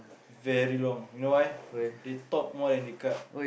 very long you know why they talk more than they cut